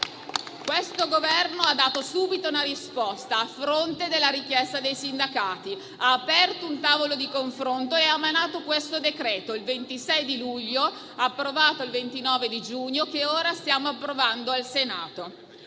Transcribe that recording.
il Governo ha dato subito una risposta, a fronte della richiesta dei sindacati: ha aperto un tavolo di confronto e ha emanato questo decreto-legge il 26 luglio, in vigore dal 29 luglio, che ora stiamo convertendo al Senato.